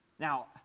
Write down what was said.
Now